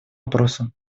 вопросу